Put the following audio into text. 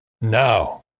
No